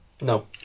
No